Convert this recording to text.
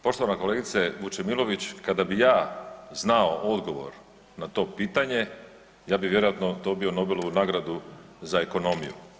Poštovana kolegice Vučemilović kada bih ja znao odgovor na to pitanje ja bi vjerojatno dobio Nobelovu nagradu za ekonomiju.